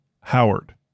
Howard